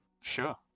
Sure